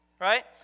right